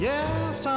Yes